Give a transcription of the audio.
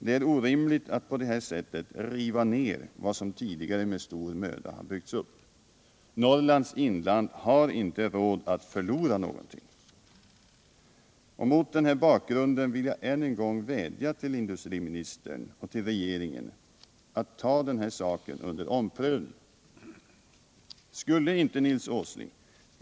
Det är orimligt att på det här sättet riva ned vad som tidigare med stor möda har byggts upp. Norrlands inland har inte råd att förlora någonting. Mot denna bakgrund vill jag än en gång vädja till industriministern och till regeringen att ta denna fråga under omprövning. Skulle inte Nils Åsling.